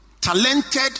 Talented